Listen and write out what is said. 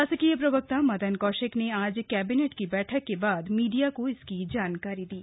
शासकीय प्रवक्ता मदन कौशिक ने आज कैबिनेट की बैठक के बाद मीडिया को इसकी जानकारी दी